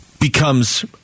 becomes